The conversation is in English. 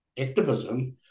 activism